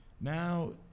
now